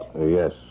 Yes